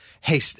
hey